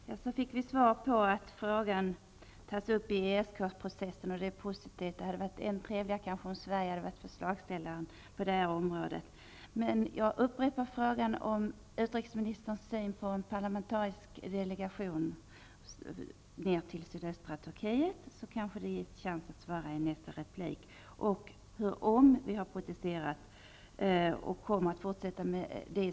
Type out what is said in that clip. Fru talman! Vi fick alltså svaret att frågan tas upp i ESK-processen, och det är positivt. Men det hade varit ännu trevligare om Sverige hade varit förslagsställare på detta område. Jag vill emellertid upprepa min fråga om utrikesministerns syn på förslaget att vi skall skicka en parlamentarisk delegation ned till sydöstra Turkiet. Jag undrar också om Sverige har protesterat och i så fall kommer att fortsätta med det.